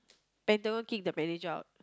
Pentagon kick the manager out